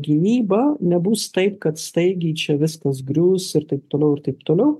gynybą nebus taip kad staigiai čia viskas griūs ir taip toliau ir taip toliau